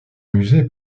musée